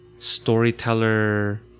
storyteller